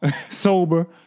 Sober